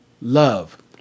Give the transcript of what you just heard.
love